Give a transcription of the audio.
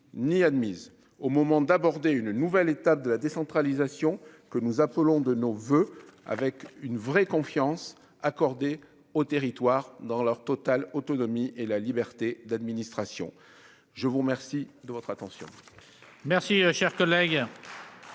ni admise au moment d'aborder une nouvelle étape de la décentralisation que nous appelons de nos voeux, avec une vraie confiance accordée aux territoires dans leur totale autonomie et la liberté d'administration je vous remercie de votre attention.